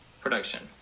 production